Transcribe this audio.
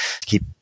keep